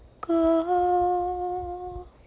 go